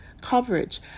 coverage